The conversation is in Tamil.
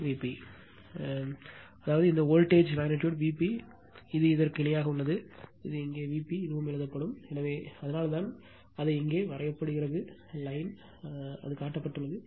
எனவே இது இது காட்டுகிறது அதாவது இந்த வோல்ட்டேஜ் அளவு Vp இது இதற்கு இணையாக உள்ளது இது இங்கே Vp இதுவும் எழுதப்படும் எனவே அதனால்தான் அதை இங்கே வரையப்படுகிறது லைன் அது காட்டப்பட்டுள்ளது